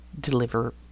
deliver